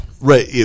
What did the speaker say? right